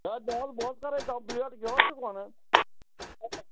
A نہَ حظ بہٕ حظ کَرَے کَمپُلینٛٹ کیٛاہ حظ چھُکھ وَنان